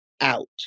out